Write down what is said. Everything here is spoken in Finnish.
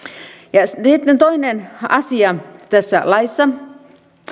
toinen asia tässä laissa